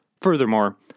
Furthermore